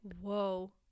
whoa